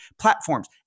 platforms